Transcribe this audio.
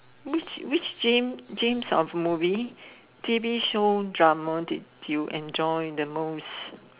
which which James James of movie T_V show drama did you enjoy the most